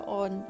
on